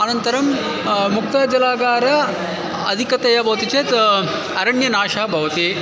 अनन्तरं मुक्तजलागारः अधिकतया भवति चेत् अरण्यनाशः भवति